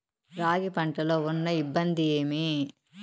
రాగి పంటలో ఉన్న ఇబ్బంది ఏమి?